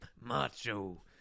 Macho